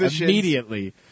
Immediately